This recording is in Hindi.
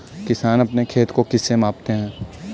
किसान अपने खेत को किससे मापते हैं?